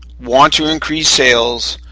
want to increase sales,